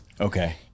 Okay